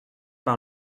par